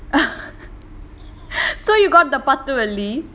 so you got the பத்து வெள்ளி:pathu velli